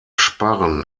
sparren